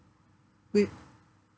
we